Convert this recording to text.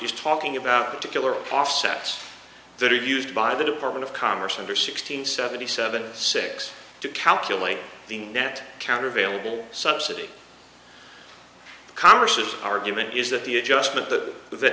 is talking about particular offsets that are used by the department of commerce under sixteen seventy seven six to calculate the net counter available subsidy congress's argument is that the adjustment that the